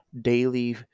daily